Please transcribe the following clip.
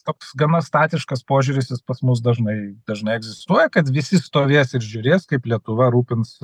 toks gana statiškas požiūris jis pas mus dažnai dažnai egzistuoja kad visi stovės ir žiūrės kaip lietuva rūpins